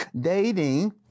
Dating